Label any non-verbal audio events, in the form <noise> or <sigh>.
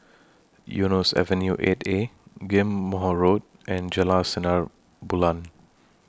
<noise> Eunos Avenue eight A Ghim Moh Road and Jalan Sinar Bulan